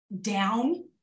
down